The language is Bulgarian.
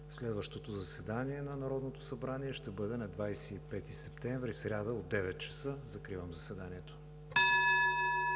Следващото заседание на Народното събрание ще бъде на 25 септември 2019 г., сряда, от 9,00 ч. Закривам заседанието.